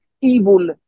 evil